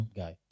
guy